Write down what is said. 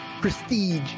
prestige